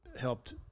helped